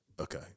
Okay